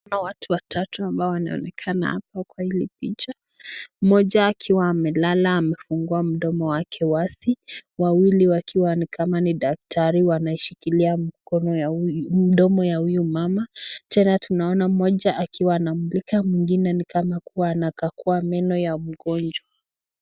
Naona watu watatu ambao wanaonekana kwa hili picha, moja akiwa anaonakana amefungua mdomo wake wazi, wawili wakiwa ni kama daktari wanashikilia mdomo ya huyu mama, tena tunaona moja akiwa anamulika mwingine akiwa na meno ya mgonjwa.